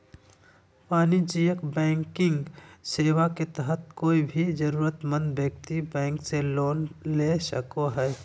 वाणिज्यिक बैंकिंग सेवा के तहत कोय भी जरूरतमंद व्यक्ति बैंक से लोन ले सको हय